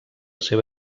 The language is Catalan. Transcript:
seva